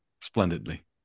splendidly